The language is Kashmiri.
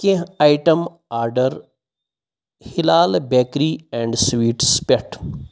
کینٛہہ item order Hilal bakery and sweets پٮ۪ٹھ